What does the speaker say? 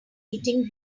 eating